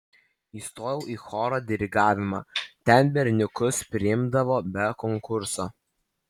įstojau į choro dirigavimą ten berniukus priimdavo be konkurso